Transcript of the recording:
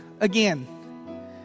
again